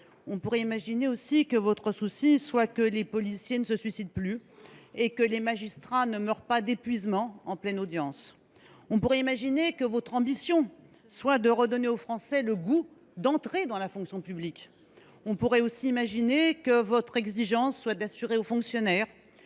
On pourrait imaginer que votre souci soit que les policiers ne se suicident plus et que les magistrats ne meurent pas d’épuisement en pleine audience. On pourrait imaginer que votre ambition soit de redonner aux Français le goût d’entrer dans la fonction publique. On pourrait imaginer que votre exigence soit d’assurer aux fonctionnaires